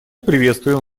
приветствуем